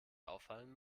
auffallen